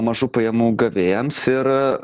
mažų pajamų gavėjams ir